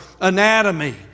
anatomy